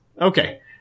Okay